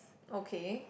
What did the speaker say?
okay